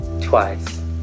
twice